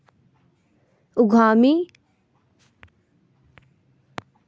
उद्यमी भूमि, श्रम और पूँजी के नया उत्पाद बनावो हइ